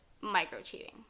micro-cheating